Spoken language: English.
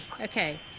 Okay